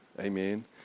Amen